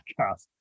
podcast